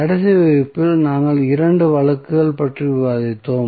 கடைசி வகுப்பில் நாங்கள் 2 வழக்குகள் பற்றி விவாதித்தோம்